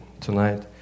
tonight